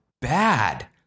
bad